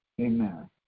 Amen